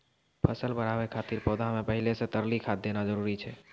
फसल बढ़ाबै खातिर पौधा मे पहिले से तरली खाद देना जरूरी छै?